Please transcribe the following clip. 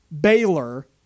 Baylor